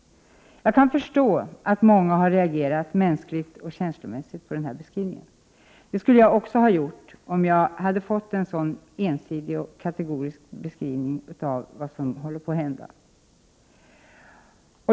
Jag kan förstå att många har reagerat mänskligt och känslomässigt på den här beskrivningen. Det skulle jag också ha gjort, om jag hade fått en så ensidig och kategorisk beskrivning av vad som håller på att hända.